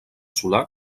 solar